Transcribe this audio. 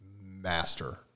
master